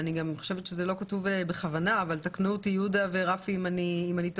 אני חושבת שזה בכוונה לא כתוב אבל יהודה ורפי יתקנו אותי אם אני טועה.